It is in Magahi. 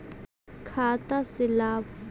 खाता से लाभ?